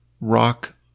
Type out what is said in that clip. rock